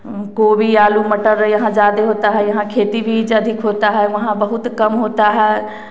गोबी आलू मटर यहाँ ज़्यादा होता है यहाँ खेती भी अधिक होता है वहाँ बहुत कम होता है